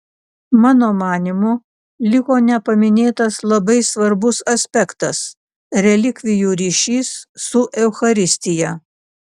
mano manymu liko nepaminėtas labai svarbus aspektas relikvijų ryšys su eucharistija